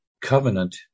covenant